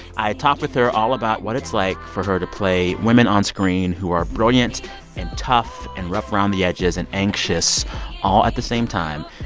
i talk with her all about what it's like for her to play women onscreen who are brilliant and tough and rough around the edges and anxious all at the same time.